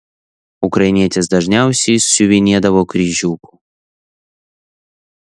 ukrainietės dažniausiai siuvinėdavo kryžiuku